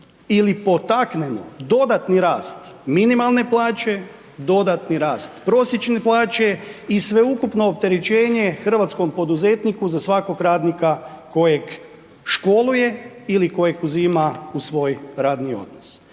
ili potaknemo dodatni rast minimalne plaće, dodatni rast prosječne plaće i sveukupno opterećenje hrvatskom poduzetniku za svakog radnika kojeg školuje ili kojeg uzima u svoj radni odnos.